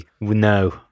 no